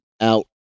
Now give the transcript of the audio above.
out